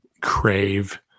Crave